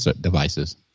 devices